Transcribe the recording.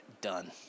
done